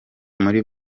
muri